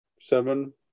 seven